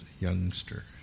youngster